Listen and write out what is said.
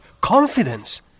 confidence